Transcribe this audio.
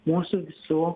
mūsų visų